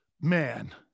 Man